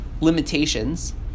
limitations